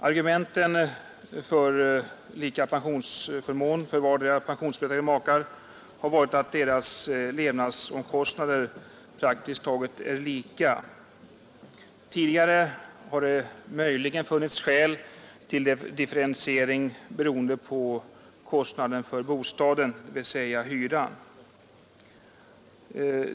Argumenten för lika folkpensionsförmån för vardera av pensionsberättigade makar har varit att deras levnadsomkostnader praktiskt taget är lika. Tidigare har det möjligen funnits skäl till differentiering beroende på kostnaden för bostaden, dvs. hyran.